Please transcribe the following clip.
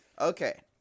Okay